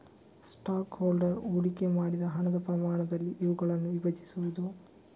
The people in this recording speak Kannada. ಸ್ಟಾಕ್ ಹೋಲ್ಡರ್ ಹೂಡಿಕೆ ಮಾಡಿದ ಹಣದ ಪ್ರಮಾಣದಲ್ಲಿ ಇವುಗಳನ್ನು ವಿಭಜಿಸುವುದು